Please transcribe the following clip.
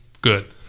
good